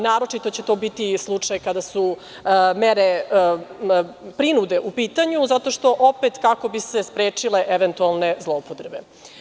Naročito će to biti slučaj kada su mere prinude u pitanju zato što opet, kako bi se sprečile eventualne zloupotrebe.